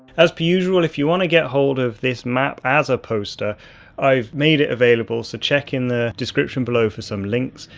as per usual if you want to get hold of this map as a poster i have made it available so check in the description below for some links,